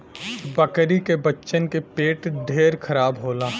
बकरी के बच्चन के पेट ढेर खराब होला